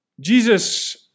Jesus